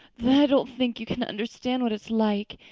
then i don't think you can understand what it's like.